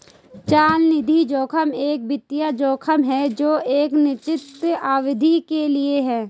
चलनिधि जोखिम एक वित्तीय जोखिम है जो एक निश्चित अवधि के लिए है